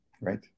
Right